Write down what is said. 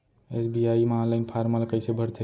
SBI म online form ल कइसे भरथे?